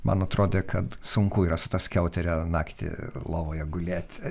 man atrodė kad sunku yra su ta skiautere naktį lovoje gulėti